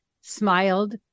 smiled